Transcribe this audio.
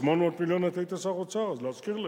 להזכיר לך.